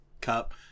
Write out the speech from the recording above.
cup